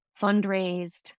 fundraised